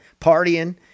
partying